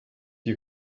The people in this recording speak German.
die